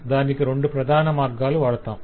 దానికి రెండు ప్రధాన మార్గాలు వాడదాం